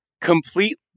complete